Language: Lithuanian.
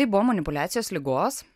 tai buvo manipuliacijos ligos